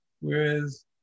whereas